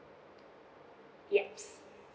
yes